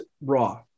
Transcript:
raw